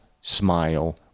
smile